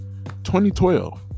2012